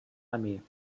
armee